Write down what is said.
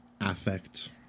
affect